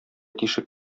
тишек